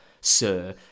sir